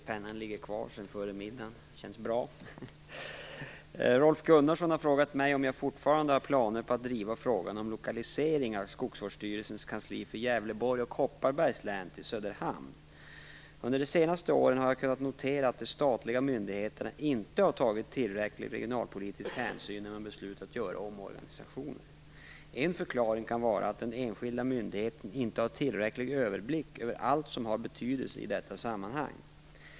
Herr talman! Rolf Gunnarsson har frågat mig om jag fortfarande har planer på att driva frågan om lokalisering av Skogsvårdsstyrelsens kansli för Gävleborgs och Kopparbergs län till Söderhamn. Under de senaste åren har jag kunnat notera att de statliga myndigheterna inte har tagit tillräcklig regionalpolitisk hänsyn när man beslutat göra omorganisationer. En förklaring kan vara att den enskilda myndigheten inte har tillräcklig överblick över allt som har betydelse i detta sammanhang.